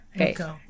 okay